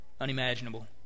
unimaginable